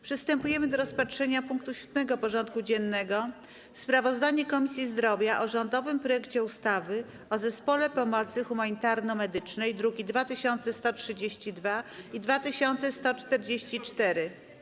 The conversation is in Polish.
Przystępujemy do rozpatrzenia punktu 7. porządku dziennego: Sprawozdanie Komisji Zdrowia o rządowym projekcie ustawy o Zespole Pomocy Humanitarno-Medycznej (druki nr 2132 i 2144)